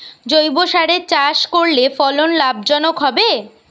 জৈবসারে চাষ করলে ফলন লাভজনক হবে?